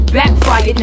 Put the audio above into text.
backfired